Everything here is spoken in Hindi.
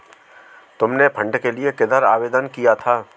तुमने फंड के लिए किधर आवेदन किया था?